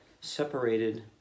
separated